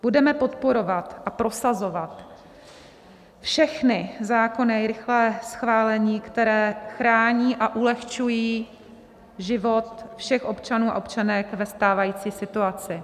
Budeme podporovat a prosazovat všechny zákony a rychlé schválení, které chrání a ulehčují život všech občanů a občanek ve stávající situaci.